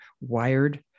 wired